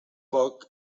poc